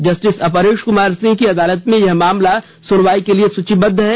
justice Aparesh Kumar Singh की अदालत में यह मामला सुनवाई के लिए सूचीबद्ध है